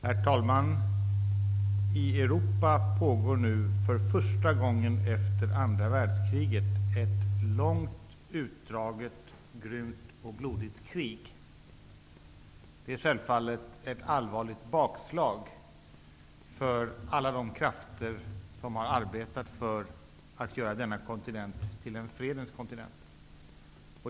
Herr talman! I Europa pågår nu för första gången efter andra världskriget ett långt, utdraget, grymt och blodigt krig. Det är självfallet ett allvarligt bakslag för alla de krafter som har arbetat för att göra denna kontinent till en fredens kontinent.